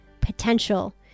potential